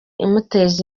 imuteza